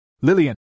Lillian